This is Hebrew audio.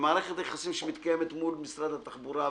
ובמערכת היחסים שמתקיימת מול משרד התחבורה,